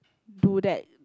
do that